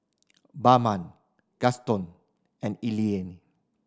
Bama Gaston and Eleni